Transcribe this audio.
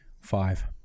Five